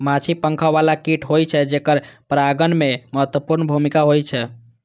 माछी पंख बला कीट होइ छै, जेकर परागण मे महत्वपूर्ण भूमिका होइ छै